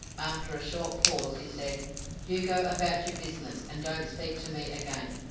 after a short pause he said you go about your business, and don't speak to me again,